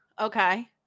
okay